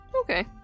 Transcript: Okay